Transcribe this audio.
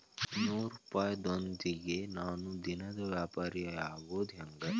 ನೂರುಪಾಯದೊಂದಿಗೆ ನಾನು ದಿನದ ವ್ಯಾಪಾರಿಯಾಗೊದ ಹೆಂಗ?